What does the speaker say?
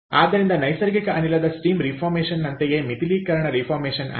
ಆದ್ದರಿಂದ ನೈಸರ್ಗಿಕ ಅನಿಲದ ಸ್ಟೀಮ್ ರೀಫಾರ್ಮೇಷನ್ ನಂತೆಯೇ ಮಿತಿಲೀಕರಣ ರೀಫಾರ್ಮೇಷನ್ ಆಗಿದೆ